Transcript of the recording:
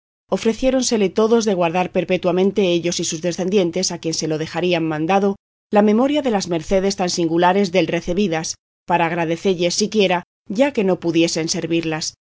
persona ofreciéronsele todos de guardar perpetuamente ellos y sus decendientes a quien se lo dejarían mandado la memoria de las mercedes tan singulares dél recebidas para agradecelles siquiera ya que no pudiesen servirlas